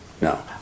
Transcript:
No